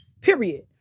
Period